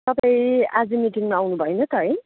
तपाईँ आज मिटिङमा आउनु भएन त है